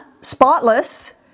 spotless